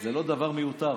זה לא דבר מיותר.